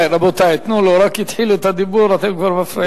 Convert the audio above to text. הוא רק התחיל את הדיבור ואתם כבר מפריעים לו?